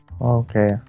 Okay